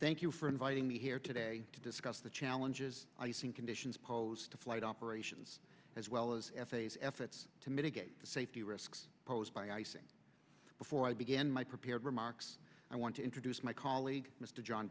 thank you for inviting me here today to discuss the challenges icing conditions pose to flight operations as well as f a s efforts to mitigate the safety risks posed by icing before i begin my prepared remarks i want to introduce my colleague mr john